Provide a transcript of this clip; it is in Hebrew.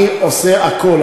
אני עושה הכול,